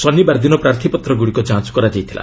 ଶନିବାର ଦିନ ପ୍ରାର୍ଥୀପତ୍ରଗୁଡ଼ିକ ଯାଞ୍ଚ କରାଯାଇଥିଲା